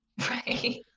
right